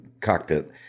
cockpit